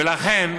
ולכן,